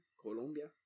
Colombia